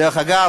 דרך אגב,